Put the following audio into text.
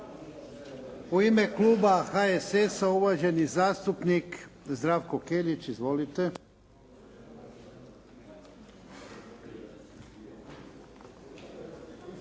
U ime Kluba HSS-a, uvaženi zastupnik Zdravko Kelić. Izvolite.